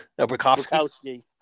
Bukowski